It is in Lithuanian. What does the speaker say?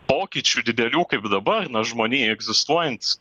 pokyčių didelių kaip dabar na žmonijai egzistuojant